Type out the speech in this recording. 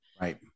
right